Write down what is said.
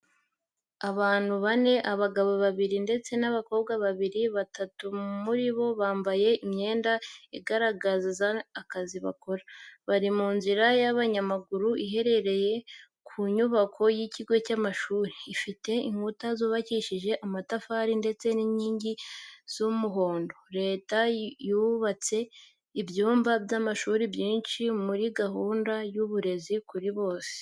Abantu bane, abagabo babiri ndetse n’abakobwa babiri, batatu muri bo bambaye imyenda igaragaza akazi bakora. Bari mu nzira y’abanyamaguru iherereye ku nyubako y'ikigo cy'amashuri, ifite inkuta zubakishije amatafari ndetse n’inkingi z’umuhondo. Leta yubatse ibyumba by'amashuri byinshi muri gahunda y’uburezi kuri bose.